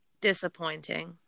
disappointing